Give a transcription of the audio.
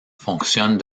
fonctionne